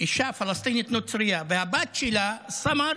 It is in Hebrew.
אישה פלסטינית נוצרייה, והבת שלה סאמר,